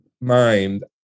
mind